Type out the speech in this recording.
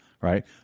right